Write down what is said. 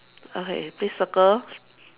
okay please circle